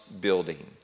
building